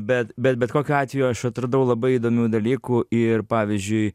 bet bet bet kokiu atveju aš atradau labai įdomių dalykų ir pavyzdžiui